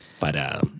para